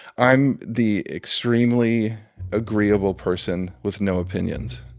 i'm the extremely agreeable person with no opinions.